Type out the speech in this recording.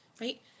right